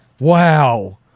Wow